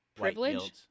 Privilege